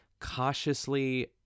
cautiously